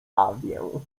bawię